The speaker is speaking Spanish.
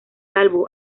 salvo